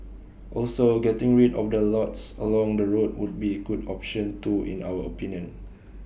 also getting rid of the lots along the roads would be good option too in our opinion